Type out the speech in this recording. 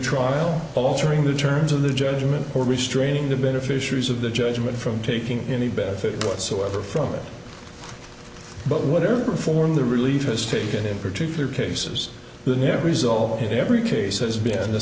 trial altering the terms of the judgment or restraining the beneficiaries of the judgment from taking any benefit whatsoever from it but what are the form the relief has taken in particular cases the net result in every case has been the